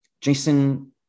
Jason